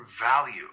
value